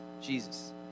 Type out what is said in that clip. Jesus